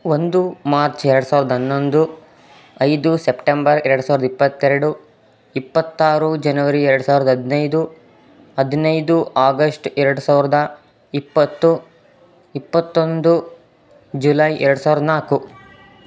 ಒಂದು ಮಾರ್ಚ್ ಎರಡು ಸಾವಿರದ ಹನ್ನೊಂದು ಐದು ಸಪ್ಟೆಂಬರ್ ಎರಡು ಸಾವಿರದ ಇಪ್ಪತ್ತೆರಡು ಇಪ್ಪತ್ತಾರು ಜನವರಿ ಎರಡು ಸಾವಿರದ ಹದಿನೈದು ಹದಿನೈದು ಆಗಶ್ಟ್ ಎರಡು ಸಾವಿರದ ಇಪ್ಪತ್ತು ಇಪ್ಪತ್ತೊಂದು ಜುಲೈ ಎರಡು ಸಾವಿರದ ನಾಲ್ಕು